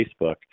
Facebook